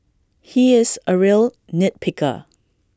he is A real nit picker